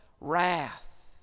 wrath